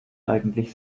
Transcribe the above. eigentlich